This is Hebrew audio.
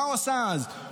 מה הוא עושה אז,